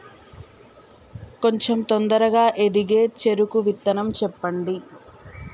కొంచం తొందరగా ఎదిగే చెరుకు విత్తనం చెప్పండి?